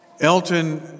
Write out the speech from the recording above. Elton